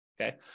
okay